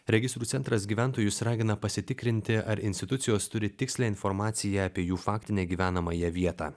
registrų centras gyventojus ragina pasitikrinti ar institucijos turi tikslią informaciją apie jų faktinę gyvenamąją vietą